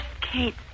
Kate